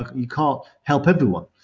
you can't help everyone,